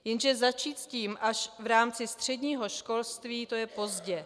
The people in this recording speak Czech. Jenže začít s tím až v rámci středního školství, to je pozdě.